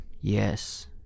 Yes